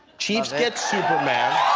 chiefs get superman.